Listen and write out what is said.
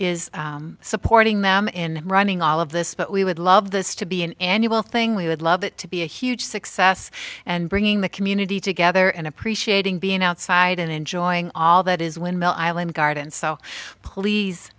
is supporting them in running all of this but we would love this to be an annual thing we would love it to be a huge success and bringing the community together and appreciating being outside and enjoying all that is windmill island garden so please